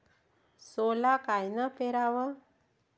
सोला कायनं पेराव?